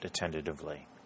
attentively